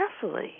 carefully